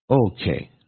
Okay